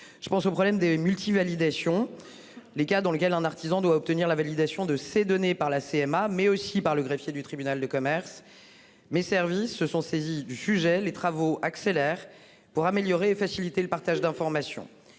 Je pense au problème des multi-validations qui se pose quand un artisan doit obtenir la validation de ses données non seulement par la CMA, mais aussi par le greffier du tribunal de commerce. Mes services se sont saisis du sujet, ils accélèrent leurs travaux pour améliorer et faciliter le partage d'informations.